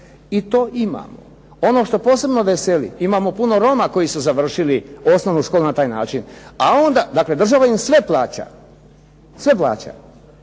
i to imamo. Ono što posebno veseli imamo puno roma koji su završili školu na taj način, a onda, država im sve plaća a onda